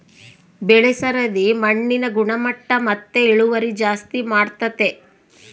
ಬೆಳೆ ಸರದಿ ಮಣ್ಣಿನ ಗುಣಮಟ್ಟ ಮತ್ತೆ ಇಳುವರಿ ಜಾಸ್ತಿ ಮಾಡ್ತತೆ